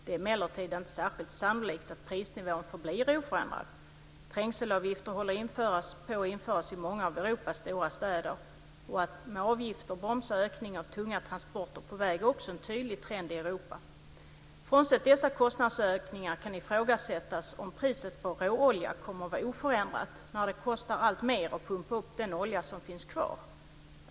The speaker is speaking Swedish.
Det är emellertid inte särskilt sannolikt att prisnivån förblir oförändrad. Trängselavgifter håller på att införas i många av Europas stora stöder. Att med avgifter bromsa ökningen av tunga transporter på väg är också en tydlig trend i Europa. Frånsett dessa kostnadsökningar kan ifrågasättas om priset på råolja kommer att vara oförändrat när det kostar alltmer att pumpa upp den olja som finns kvar.